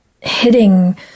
hitting